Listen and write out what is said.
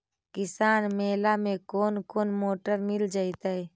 किसान मेला में कोन कोन मोटर मिल जैतै?